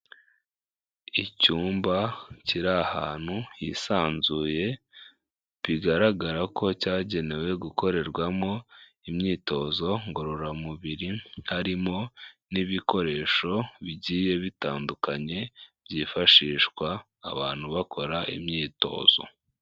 Icyumba kiri ahantu hisanzuye, bigaragara ko cyagenewe gukorerwamo imyitozo ngororamubiri harimo n'ibikoresho bigiye bitandukanye, byifashishwa abantu bakora imyitozo.